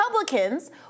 Republicans